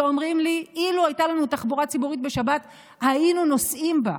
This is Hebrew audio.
שאומרים לי: אילו הייתה לנו תחבורה ציבורית בשבת היינו נוסעים בה,